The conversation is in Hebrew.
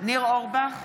ניר אורבך,